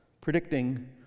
predicting